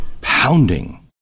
pounding